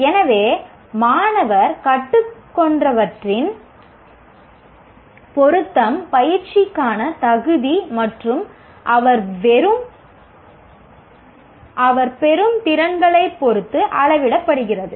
எனவே மாணவர் கற்றுக்கொண்டவற்றின் பொருத்தம் பயிற்சிக்கான தகுதி மற்றும் அவர் பெறும் திறன்களைப் பொறுத்து அளவிடப்படுகிறது